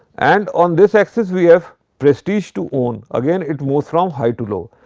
and on this axis we have prestige to own, again it moves from high to low.